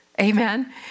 Amen